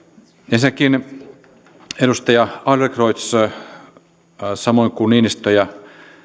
ensinnäkin edustaja adlercreutz samoin kuin niinistö ja